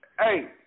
hey